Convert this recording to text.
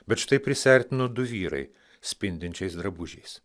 bet štai prisiartino du vyrai spindinčiais drabužiais